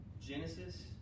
Genesis